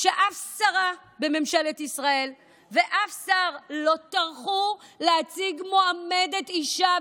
שאף שרה בממשלת ישראל ואף שר לא טרחו להציג מועמדת אישה,